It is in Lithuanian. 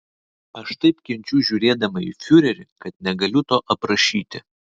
aš taip kenčiu žiūrėdama į fiurerį kad negaliu to aprašyti